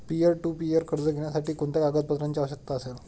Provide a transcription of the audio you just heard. Peer to peer कर्ज घेण्यासाठी कोणत्या कागदपत्रांची आवश्यकता असेल?